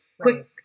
quick